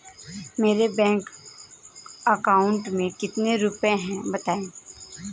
मेरे bank account में कितने रुपए हैं बताएँ?